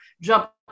jump